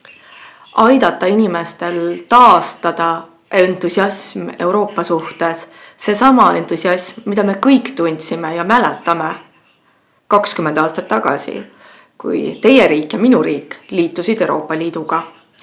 aidata inimestel taastada entusiasm Euroopa suhtes – seesama entusiasm, mida me kõik tundsime ja mäletame, kui 20 aastat tagasi teie riik ja minu riik liitusid Euroopa Liiduga.